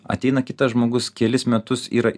ateina kitas žmogus kelis metus yra